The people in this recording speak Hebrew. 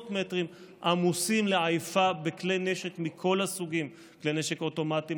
עשרות מטרים עמוסים לעייפה בכלי נשק מכול הסוגים: בנשק אוטומטי,